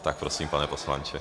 Tak prosím, pane poslanče.